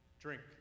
drink